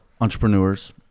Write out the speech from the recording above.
entrepreneurs